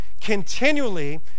continually